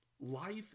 life